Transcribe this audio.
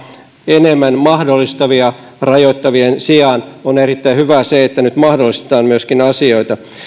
enemmän mahdollistavia rajoittavien sijaan on erittäin hyvä se että nyt myöskin mahdollistetaan asioita